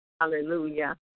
Hallelujah